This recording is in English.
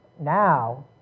Now